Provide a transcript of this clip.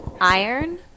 iron